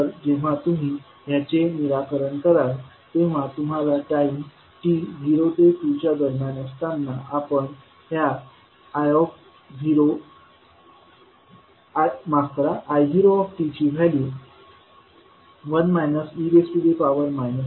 तर जेव्हा तुम्ही ह्याचे निराकरण कराल तेव्हा तुम्हाला टाईम t झिरो ते 2 च्या दरम्यान असताना ह्या i0ची व्हॅल्यू 1 e t मिळेल